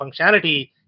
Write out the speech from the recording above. functionality